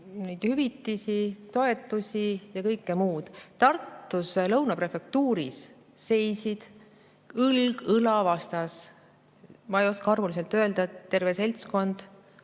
hüvitisi, toetusi ja kõike muud. Tartus Lõuna prefektuuris seisid õlg õla vastas, ma ei oska arvuliselt öelda, terve seltskond